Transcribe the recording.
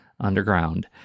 underground